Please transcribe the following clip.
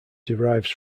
derives